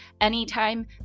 anytime